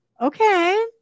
okay